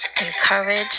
encourage